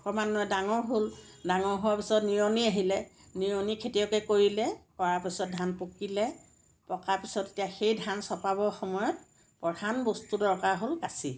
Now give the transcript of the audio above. ক্ৰমান্বয়ে ডাঙৰ হ'ল ডাঙৰ হোৱাৰ পিছত নিয়নি আহিলে নিয়নি খেতিয়কে কৰিলে কৰাৰ পাছত ধান পকিলে পকাৰ পিছত এতিয়া সেই ধান চপাবৰ সময়ত প্ৰধান বস্তুটো দৰকাৰ হ'ল কাঁচি